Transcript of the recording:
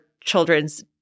children's